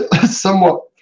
somewhat